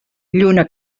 lluna